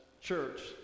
church